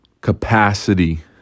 capacity